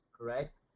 correct